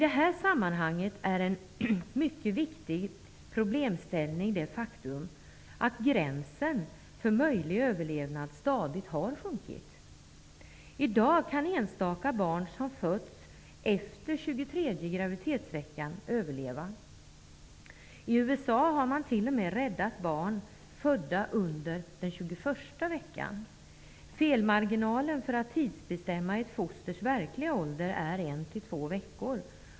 En mycket viktig problemställning i detta sammanhang är det faktum att gränsen för möjlig överlevnad stadigt har sjunkit. I dag kan enstaka barn som föds efter tjugotredje graviditetsveckan överleva. I USA har man t.o.m. två veckor.